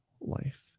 life